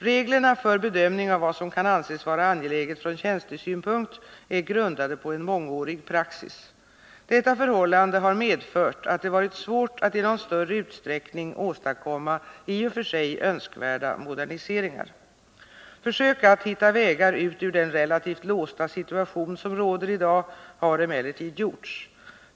Reglerna för bedömning av vad som kan anses vara angeläget från tjänstesynpunkt är grundade på en mångårig praxis. Detta förhållande har medfört att det varit svårt att i någon större utsträckning åstadkomma i och för sig önskvärda moderniseringar. Försök att hitta vägar ut ur den relativt låsta situation som råder i dag har emellertid gjorts.